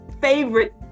favorite